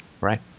right